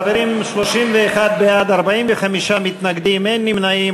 חברים, 31 בעד, 45 מתנגדים, אין נמנעים.